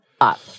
up